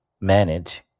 manage